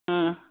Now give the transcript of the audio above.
हा